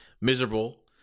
miserable